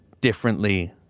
differently